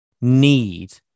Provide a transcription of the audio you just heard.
need